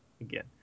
Again